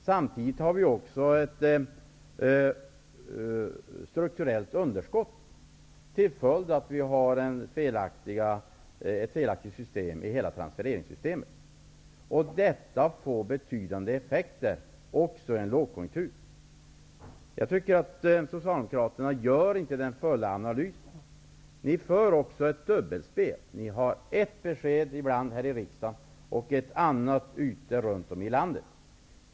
Samtidigt har vi ett strukturellt underskott till följd av att vi har ett felaktigt system i transfereringssystemet. Detta får betydande effekter, även i en lågkonjunktur. Socialdemokraterna gör inte en fullständig analys. Ni för också ett dubbelspel. Ni har ibland ett besked här i riksdagen och ett annat ute i landet.